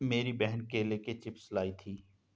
मेरी बहन केले के चिप्स लाई थी